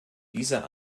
dieser